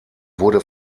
wurde